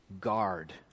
guard